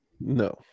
No